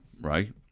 Right